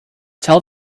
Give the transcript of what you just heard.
tell